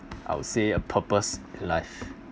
I would say a purpose in life